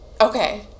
Okay